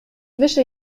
wische